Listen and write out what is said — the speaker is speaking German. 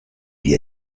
wie